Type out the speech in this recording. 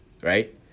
Right